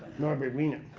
norbert wiener.